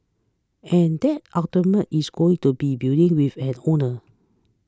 and that ultimately is going to be a building with an owner